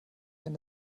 wenn